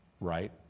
right